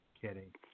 kidding